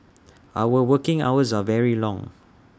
our working hours are very long